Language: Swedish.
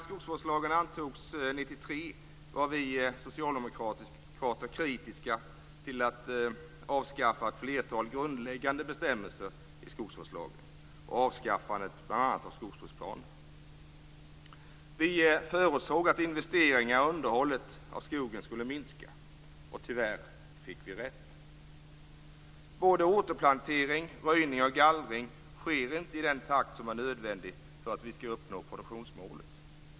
1993 var vi socialdemokrater kritiska till att avskaffa ett flertal grundläggande bestämmelser i skogsvårdslagen och avskaffandet bl.a. av skogsbruksplaner. Vi förutsåg att investeringarna och underhållet av skogen skulle minska. Tyvärr fick vi rätt. Varken återplantering, röjning eller gallring sker i den takt som är nödvändigt för att vi skall uppnå produktionsmålet.